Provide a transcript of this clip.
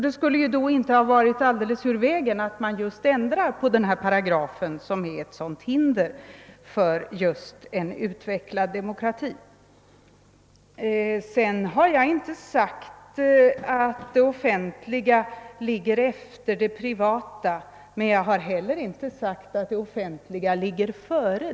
Det skulle inte vara ur vägen att ändra på § 32, vilken utgör ett så stort hinder för en utvecklad företagsdemokrati. Jag har inte påstått att det offentliga ligger efter det privata, men jag har heller inte påstått att det offenliga ligger före.